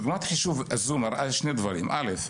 דוגמת החישוב הזו מראה שני דברים: אל"ף,